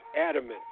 adamant